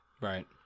right